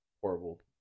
horrible